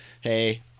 hey